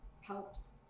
helps